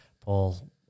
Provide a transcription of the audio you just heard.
Paul